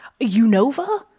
Unova